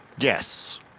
Yes